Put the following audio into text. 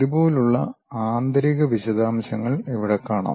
ഇതുപോലുള്ള ആന്തരീക വിശദാംശങ്ങൾ ഇവിടെ കാണാം